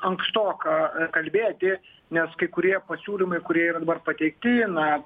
ankstoka kalbėti nes kai kurie pasiūlymai kurie yra dabar pateikti na